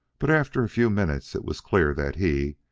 but after a few minutes it was clear that he,